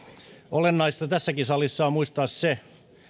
olennaista tässäkin salissa on muistaa se